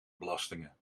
belastingen